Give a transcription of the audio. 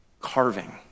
carving